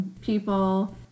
people